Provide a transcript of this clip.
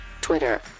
Twitter